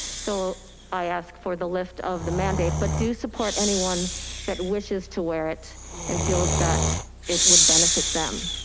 so i ask for the lift of the mandate, but do support anyone that wishes to wear it and feels that it would benefit them.